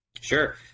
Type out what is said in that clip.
Sure